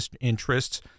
interests